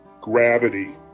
gravity